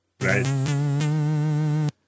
Right